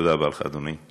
תודה רבה לך, אדוני.